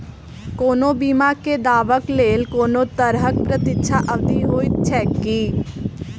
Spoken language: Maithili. कोनो बीमा केँ दावाक लेल कोनों तरहक प्रतीक्षा अवधि होइत छैक की?